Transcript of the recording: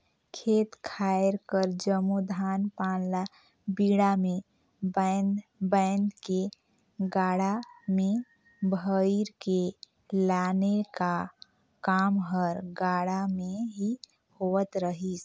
खेत खाएर कर जम्मो धान पान ल बीड़ा मे बाएध बाएध के गाड़ा मे भइर के लाने का काम हर गाड़ा मे ही होवत रहिस